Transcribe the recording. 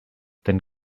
then